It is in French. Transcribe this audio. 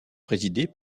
présidé